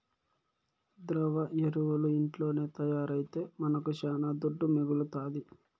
ద్రవ ఎరువులు ఇంట్లోనే తయారైతే మనకు శానా దుడ్డు మిగలుతాది